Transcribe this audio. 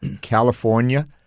California